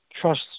trust